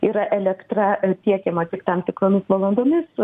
yra elektra tiekiama tik tam tikromis valandomis